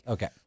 Okay